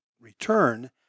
return